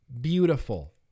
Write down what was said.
beautiful